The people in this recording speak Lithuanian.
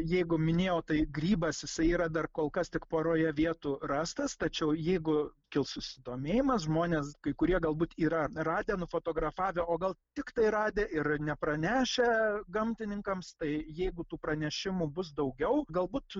jeigu minėjau tai grybas jisai yra dar kol kas tik poroje vietų rastas tačiau jeigu kils susidomėjimas žmonės kurie galbūt yra radę nufotografavę o gal tiktai radę ir nepranešę gamtininkams tai jeigu tų pranešimų bus daugiau galbūt